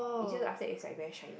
it's just outside it's like very shiny